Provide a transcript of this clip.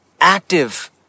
active